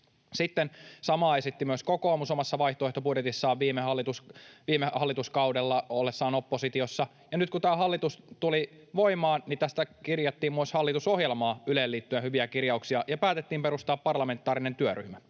Sitten samaa esitti myös kokoomus omassa vaihtoehtobudjetissaan viime hallituskaudella ollessaan oppositiossa, ja nyt kun tämä hallitus tuli voimaan, niin tästä kirjattiin myös hallitusohjelmaan Yleen liittyen hyviä kirjauksia ja päätettiin perustaa parlamentaarinen työryhmä.